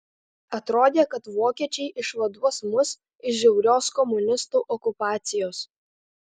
atrodė kad vokiečiai išvaduos mus iš žiaurios komunistų okupacijos